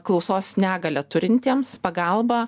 klausos negalią turintiems pagalbą